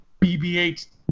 BBH